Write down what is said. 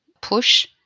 push